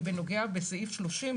ובסעיף 30,